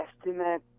estimate